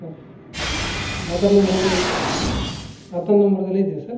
sir Aadhaar number ଦେଲେ Aadhaar number ଦେଲେ ହୋଇଯିବ ସାର୍